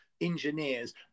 engineers